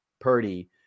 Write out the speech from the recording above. Purdy